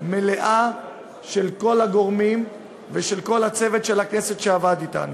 מלאה של כל הגורמים ושל כל הצוות של הכנסת שעבד אתנו.